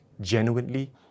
genuinely